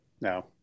no